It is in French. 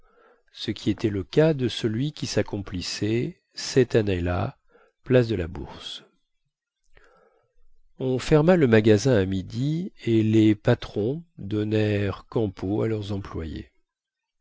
ce qui était le cas de celui qui saccomplissait cette année-là place de la bourse on ferma le magasin à midi et les patrons donnèrent campo à leurs employés